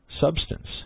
substance